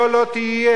היה לא תהיה.